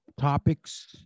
topics